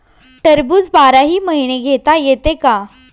टरबूज बाराही महिने घेता येते का?